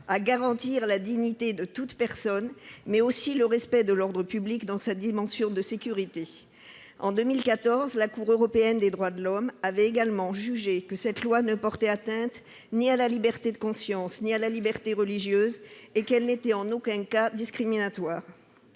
à la fois la dignité de toute personne et le respect de l'ordre public dans sa dimension de sécurité. En 2014, la Cour européenne des droits de l'homme, la CEDH, avait jugé que cette loi ne portait atteinte ni à la liberté de conscience ni à la liberté religieuse, et qu'elle n'était en aucun cas discriminatoire.